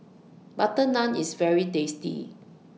Butter Naan IS very tasty